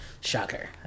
Shocker